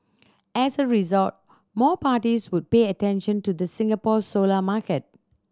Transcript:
as a result more parties would pay attention to the Singapore solar market